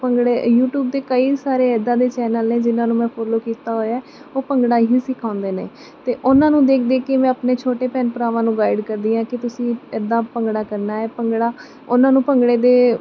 bhangra YouTube 'ਤੇ ਕਈ ਸਾਰੇ ਇੱਦਾਂ ਦੇ ਚੈਨਲ ਨੇ ਜਿਹਨਾਂ ਨੂੰ ਮੈਂ ਫੋਲੋ ਕੀਤਾ ਹੋਇਆ ਉਹ ਭੰਗੜਾ ਇਹੀ ਸਿਖਾਉਂਦੇ ਨੇ ਅਤੇ ਉਹਨਾਂ ਨੂੰ ਦੇਖ ਦੇਖ ਕੇ ਮੈਂ ਆਪਣੇ ਛੋਟੇ ਭੈਣ ਭਰਾਵਾਂ ਨੂੰ ਗਾਈਡ ਕਰਦੀ ਹਾਂ ਕਿ ਤੁਸੀਂ ਇੱਦਾਂ ਭੰਗੜਾ ਕਰਨਾ ਹੈ ਭੰਗੜਾ ਉਹਨਾਂ ਨੂੰ ਭੰਗੜੇ ਦੇ